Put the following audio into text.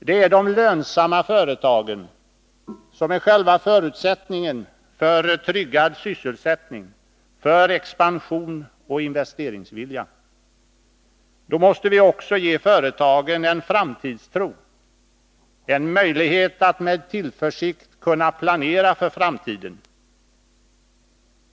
Det är de lönsamma företagen som är själva förutsättningen för tryggad sysselsättning, för expansion och investeringsvilja. Då måste vi också ge företagen en framtidstro — en möjlighet att med tillförsikt planera för framtiden.